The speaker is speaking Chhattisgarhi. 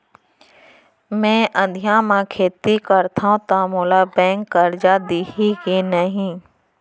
मैं अधिया म खेती करथंव त मोला बैंक करजा दिही के नही?